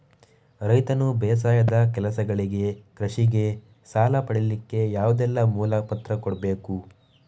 ರೈತನು ಬೇಸಾಯದ ಕೆಲಸಗಳಿಗೆ, ಕೃಷಿಗೆ ಸಾಲ ಪಡಿಲಿಕ್ಕೆ ಯಾವುದೆಲ್ಲ ಮೂಲ ಪತ್ರ ಕೊಡ್ಬೇಕು?